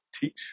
teach